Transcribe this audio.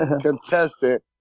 contestant